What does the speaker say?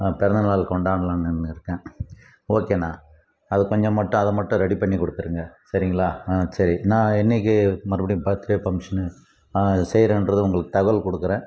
பிறந்தநாள் கொண்டாடலான்னு இருக்கேன் ஓகேண்ணா அது கொஞ்சம் மட்டும் அதை மட்டும் ரெடிப் பண்ணிக் கொடுத்துருங்க சரிங்களா ஆ சரி நான் என்னக்கு மறுபடியும் பர்த்டே ஃபங்க்ஷன் நான் செய்கிறேன்றத உங்களுக்கு தகவல் கொடுக்குறேன்